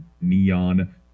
neon